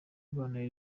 bantera